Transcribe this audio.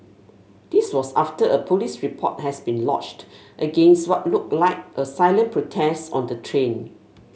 this was after a police report has been lodged against what looked like a silent protest on the train